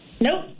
Nope